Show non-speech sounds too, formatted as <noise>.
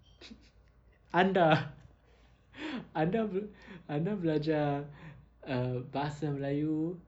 <laughs> anda <laughs> anda bel~ anda belajar err bahasa melayu